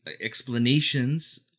explanations